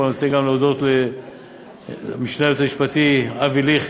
פה אני רוצה להודות גם למשנה ליועץ המשפטי אבי ליכט,